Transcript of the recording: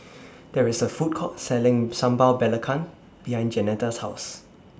There IS A Food Court Selling Sambal Belacan behind Jeanetta's House